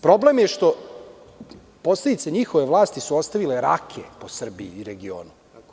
Problem je što su posledice njihove vlasti ostavile rake po Srbiji i regionu.